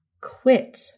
Quit